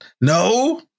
No